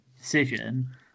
decision